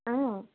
অ